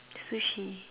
sushi